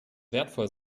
wertvoll